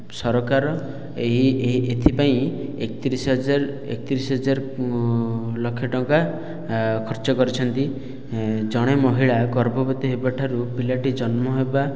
ସରକାର ଏଇ ଏଥିପାଇଁ ଏକତିରିଶ ହଜାର ଏକତିରିଶ ହଜାର ଲକ୍ଷେ ଟଙ୍କା ଖର୍ଚ କରିଛନ୍ତି ଜଣେ ମହିଳା ଗର୍ଭବତୀ ହେବାଠାରୁ ପିଲାଟି ଜନ୍ମ ହେବା